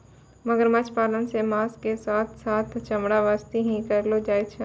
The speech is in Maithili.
मगरमच्छ पालन सॅ मांस के साथॅ साथॅ चमड़ा वास्तॅ ही करलो जाय छै